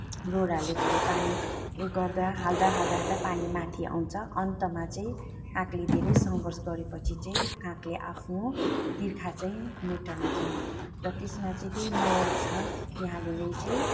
रोडाले त्यसले पानी उयो गर्दा हाल्दा हाल्दा हाल्दा पानी माथि आउँछ अन्तमा चाहिँ कागले धेरै सङ्घर्ष गरेपछि चाहिँ कागले आफ्नो तिर्खा चाहिँ मेटाउँछ र त्यसमा चाहिँ त्यही मोरल्स छ कि हामीले चाहिँ